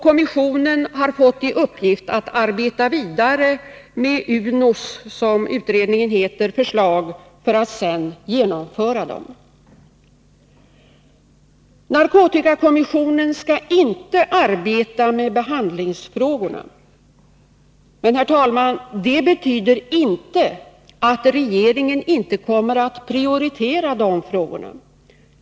Kommissionen har fått i uppgift att arbeta vidare med UNO:s förslag för att sedan genomföra det. Narkotikakommissionen skall inte arbeta med behandlingsfrågorna. Det betyder inte att regeringen inte kommer att prioritera dessa frågor.